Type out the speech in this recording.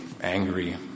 angry